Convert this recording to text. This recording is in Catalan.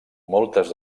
moltes